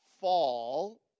fall